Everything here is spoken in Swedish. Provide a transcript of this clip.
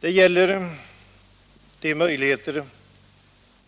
Det gäller de möjligheter